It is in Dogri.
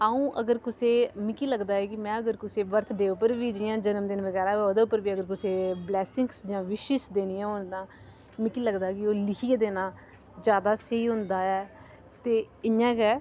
अ'ऊं अगर कुसै मिगी लगदा कि में अगर कुसै दे वर्थडे दे उप्पर बी जियां जनमदिन बगैरा ओह्दे उप्पर बी कुसै गी बलैसिंग जां बिश्स्स देनियां होन तां मिगी लगदा कि ओह् लिखियै देना ज्यादा स्हेई होंदा ऐ ते इ'यां गै